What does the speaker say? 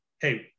Hey